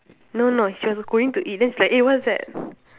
no no she was going to eat then she's like eh what's that